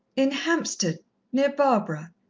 in hampstead near barbara.